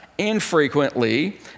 infrequently